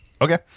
Okay